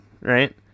right